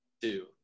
two